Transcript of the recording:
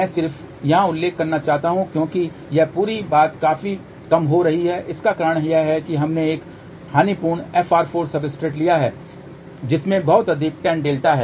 मैं सिर्फ यहां उल्लेख करना चाहता हूं क्योंकि यह पूरी बात काफी कम हो रही है इसका कारण यह है कि हमने एक हानिपूर्ण FR4 सब्सट्रेट लिया है जिसमें बहुत अधिक टैन डेल्टा है